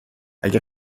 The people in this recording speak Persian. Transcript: اگه